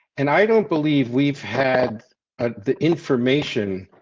and i don't believe we've had the information.